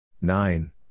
nine